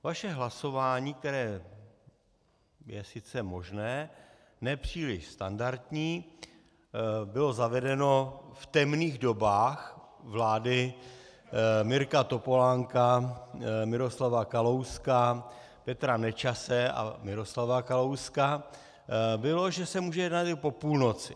Vaše hlasování, které je sice možné, ne příliš standardní, bylo zavedeno v temných dobách vlády Mirka Topolánka, Miroslava Kalouska, Petra Nečase a Miroslava Kalouska, bylo, že se může jednat i po půlnoci.